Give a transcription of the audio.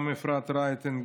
גם אפרת רייטן,